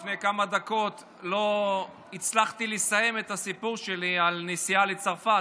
לפני כמה דקות לא הצלחתי לסיים את הסיפור שלי על הנסיעה לצרפת,